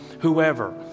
whoever